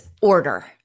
order